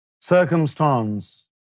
circumstance